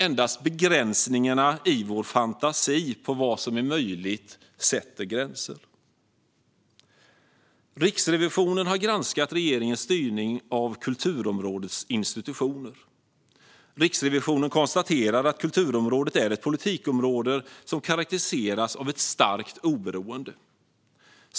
Endast begränsningar i vår fantasi om vad som är möjligt sätter gränser. Riksrevisionen har granskat regeringens styrning av kulturområdets institutioner. Riksrevisionen konstaterar att kulturområdet är ett politikområde som karakteriseras av ett starkt oberoende.